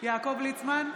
יעקב ליצמן,